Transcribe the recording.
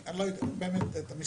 אני לא יודע את המספרים.